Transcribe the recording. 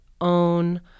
own